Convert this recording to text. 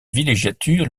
villégiature